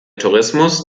tourismus